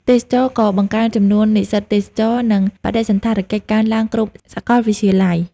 ទេសចរណ៍ក៏បង្កើនចំនួននិស្សិតទេសចរណ៍ និងបដិសណ្ឋារកិច្ចកើនឡើងគ្រប់សកលវិទ្យាល័យ។